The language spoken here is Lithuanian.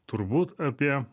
turbūt apie